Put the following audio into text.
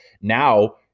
now